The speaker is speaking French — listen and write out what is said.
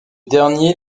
dernier